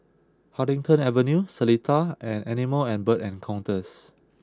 Huddington Avenue Seletar and Animal and Bird Encounters